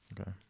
Okay